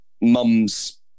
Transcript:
mum's